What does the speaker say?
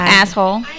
asshole